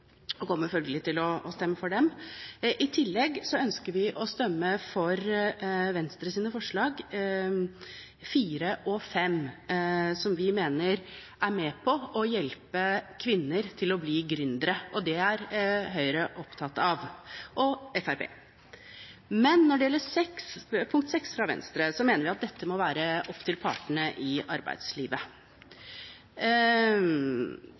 og kommer følgelig til å stemme for dem. I tillegg ønsker vi å stemme for Venstres forslag nr. 4 og 5, som vi mener er med på å hjelpe kvinner til å bli gründere. Det er Høyre opptatt av – og Fremskrittspartiet. Men når det gjelder forslag nr. 6, fra Venstre, mener vi at dette må være opp til partene i arbeidslivet.